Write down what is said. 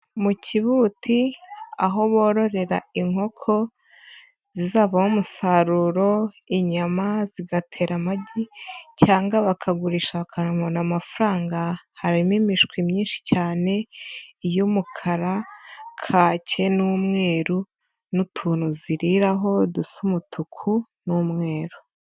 Mu kibuti aho bororera inkoko, zizabaha umusaruro, inyama, zigatera amagi cyangwa bakagurisha bakabona amafaranga, harimo imishwi myinshi cyane, iy'umukara, kake n'umweru n'utuntu ziriraho dusa umutuku n'umweru.